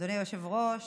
אדוני היושב-ראש.